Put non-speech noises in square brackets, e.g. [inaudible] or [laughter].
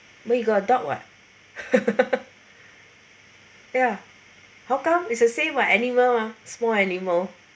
wait you got a dog [what] [laughs] ya how come it's the same what animal mah small animal